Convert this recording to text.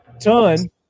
ton